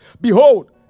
behold